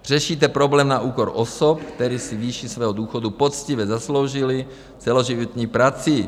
Řešíte problém na úkor osob, které si výši svého důchodu poctivě zasloužily celoživotní prací.